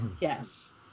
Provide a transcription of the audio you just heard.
Yes